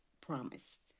promised